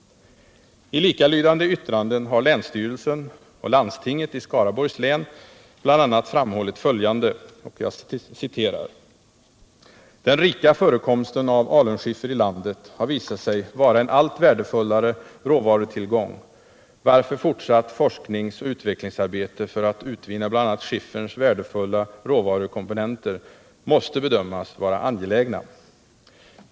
I likalydande yttranden har länsstyrelsen och landstinget i Skaraborgs län bl.a. framhållit följande: ”Den rika förekomsten av alunskiffer i landet kan visa sig vara en allt värdefullare råvarutillgång varför fortsatt forskningsoch utvecklingsarbete för att utvinna bl.a. skifferns värdefulla råvarukomponenter måste bedömas vara angeläget.